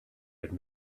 had